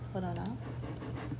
hold on ah